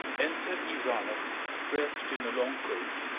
enter ivanoff, dressed in a long coat,